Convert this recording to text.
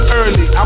early